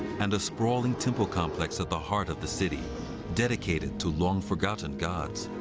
and a sprawling temple complex at the heart of the city dedicated to long-forgotten gods.